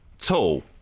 tall